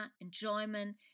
enjoyment